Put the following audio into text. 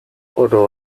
oro